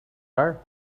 are